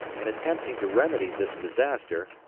in attempting to remedy this disaster,